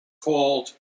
called